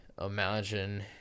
imagine